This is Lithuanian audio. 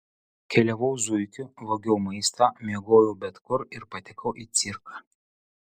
keliavau zuikiu vogiau maistą miegojau bet kur ir patekau į cirką